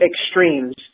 extremes